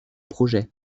projet